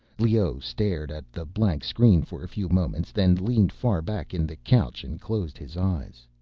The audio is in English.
leoh stared at the blank screen for a few moments, then leaned far back in the couch and closed his eyes.